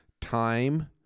time